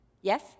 Yes